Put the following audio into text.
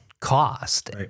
cost